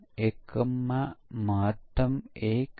તે એક પ્રકારનું એકીકરણ ભૂલ છે